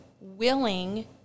willing